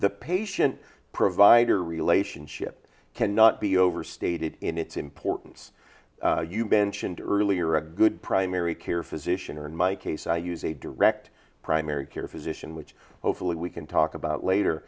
the patient provider relationship cannot be overstated in its importance you mentioned earlier a good primary care physician or in my case i use a direct primary care physician which hopefully we can talk about later